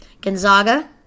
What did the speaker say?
Gonzaga